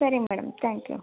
ಸರಿ madam thank you